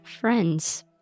friends